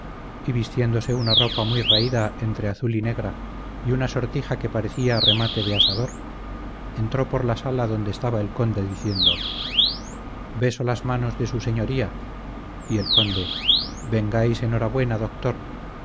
vistiéndose una ropa muy raída entre azul y negra y una sortija que parecía remate de asador entró por la sala donde estaba el conde diciendo beso las manos a s s y el conde vengáis en hora buena doctor